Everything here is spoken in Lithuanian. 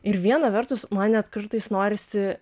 ir viena vertus man net kartais norisi